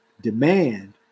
demand